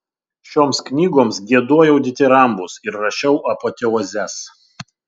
šioms knygoms giedojau ditirambus ir rašiau apoteozes